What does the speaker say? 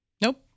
nope